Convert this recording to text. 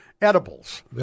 edibles